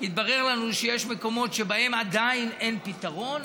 התברר לנו שיש מקומות שבהם עדיין אין פתרון,